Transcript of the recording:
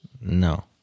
no